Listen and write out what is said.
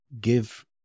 give